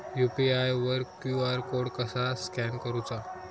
UPI वर QR code कसा scan करूचा?